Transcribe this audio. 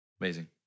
Amazing